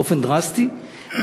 באופן דרסטי,